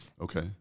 Okay